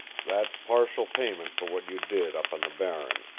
that's partial payment for what you did up on the barren,